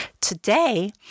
Today